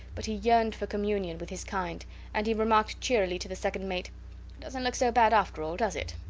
but he yearned for communion with his kind and he remarked cheerily to the second mate doesnt look so bad, after all does it?